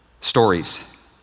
stories